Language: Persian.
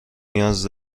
نیاز